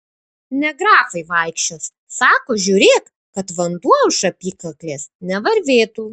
ne grafai vaikščios sako žiūrėk kad vanduo už apykaklės nevarvėtų